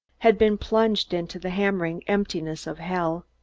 had been plunged into the hammering emptiness of hell.